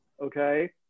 okay